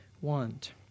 want